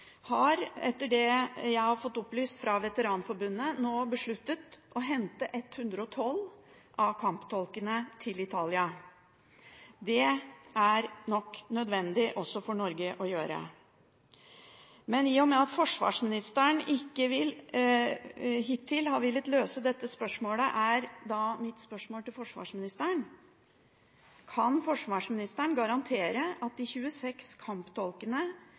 har, etter det jeg har fått opplyst fra Veteranforbundet, nå besluttet å hente 112 av kamptolkene til Italia. Det er nok nødvendig å gjøre også for Norge. Men i og med at forsvarsministeren hittil ikke har villet løse dette spørsmålet, er mitt spørsmål til forsvarsministeren om hun kan garantere at de 26